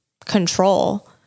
control